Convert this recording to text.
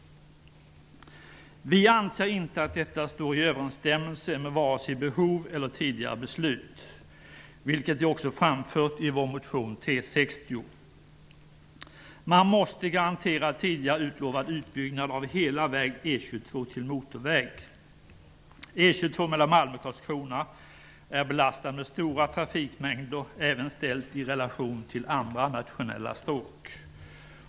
Vi anser inte att detta står i överensstämmelse med vare sig behov eller tidigare beslut, vilket vi också framfört i vår motion T60. Man måste garantera tidigare utlovad utbyggnad av hela väg E 22 till motorväg. E 22 mellan Malmö och Karlskrona är belastad med stora trafikmängder, även ställt i relation till andra nationella stråk.